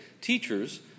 teachers